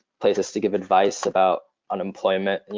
places to give advice about unemployment, and you